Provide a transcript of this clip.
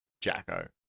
Jacko